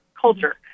culture